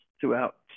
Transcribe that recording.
throughout